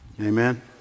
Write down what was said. Amen